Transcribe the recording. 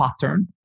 pattern